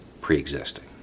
pre-existing